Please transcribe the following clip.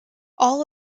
all